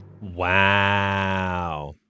Wow